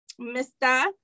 Mr